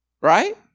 Right